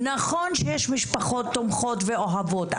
נכון שיש משפחות תומכות ואוהבות.